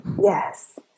Yes